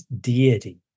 deity